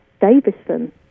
Davison